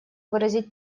выразить